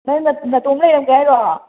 ꯅꯪ ꯅꯇꯣꯝ ꯂꯩꯔꯝꯒꯦ ꯍꯥꯏꯔꯣ